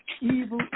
Evil